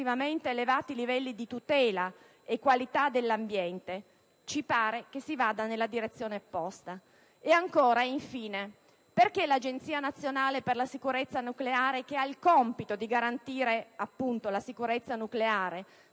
elevati livelli di tutela e qualità dell'ambiente, pare che si proceda nella direzione opposta. Quanto all'Agenzia nazionale per la sicurezza nucleare, che ha il compito di garantire la sicurezza nucleare